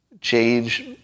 change